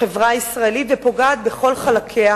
בחברה הישראלית ופוגע בכל חלקיה,